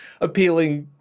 appealing